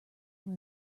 from